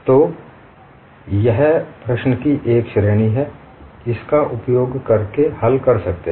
तो यह प्रश्न की एक श्रेणी है आप इसका उपयोग करके हल कर सकते हैं